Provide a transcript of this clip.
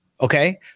Okay